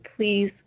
please